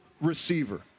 receiver